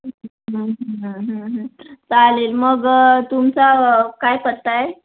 चालेल मग तुमचा काय पत्ता आहे